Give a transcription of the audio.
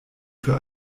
für